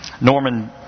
Norman